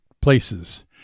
places